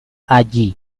allí